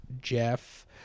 Jeff